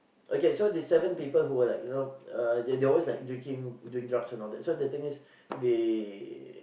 okay so this seven people who were like you know uh they they were always drinking doing drugs and all that so the thing is that they